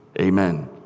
Amen